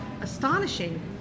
astonishing